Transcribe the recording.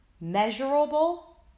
Measurable